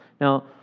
Now